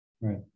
Right